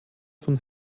von